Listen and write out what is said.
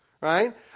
right